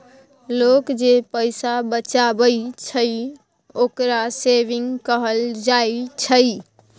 लोक जे पैसा बचाबइ छइ, ओकरा सेविंग कहल जाइ छइ